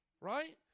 right